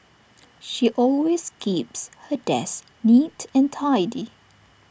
she always keeps her desk neat and tidy